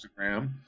Instagram